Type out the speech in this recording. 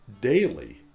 Daily